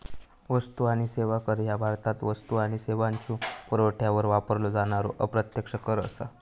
वस्तू आणि सेवा कर ह्या भारतात वस्तू आणि सेवांच्यो पुरवठ्यावर वापरलो जाणारो अप्रत्यक्ष कर असा